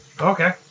Okay